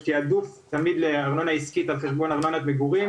יש תיעדוף תמידי לארנונה עסקית על חשבון ארנונת מגורים